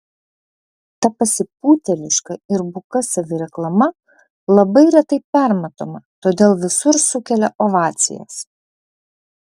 ta pasipūtėliška ir buka savireklama labai retai permatoma todėl visur sukelia ovacijas